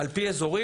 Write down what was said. על פי אזורים,